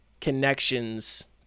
connections